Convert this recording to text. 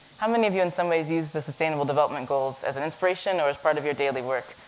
how many of you, in some ways, us the sustainable development goals as an inspiration, or as part of your daily work?